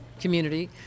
community